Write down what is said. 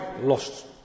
lost